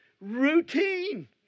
routine